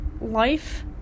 life